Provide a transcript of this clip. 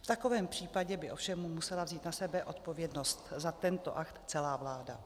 V takovém případě by ovšem musela na sebe odpovědnost za tento akt celá vláda.